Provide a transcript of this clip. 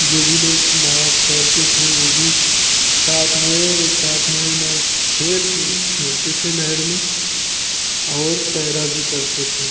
जो भी नहा तैरते थे वह भी साथ में एक साथ में नहर खेल खेलते थे नहर में और तैरा भी करते थे